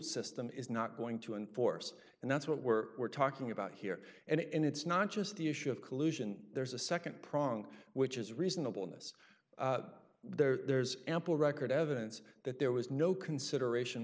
system is not going to enforce and that's what we're we're talking about here and it's not just the issue of collusion there's a nd prong which is reasonable in this there's ample record evidence that there was no consideration